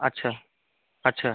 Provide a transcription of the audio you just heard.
আচ্ছা আচ্ছা